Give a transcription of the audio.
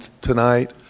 tonight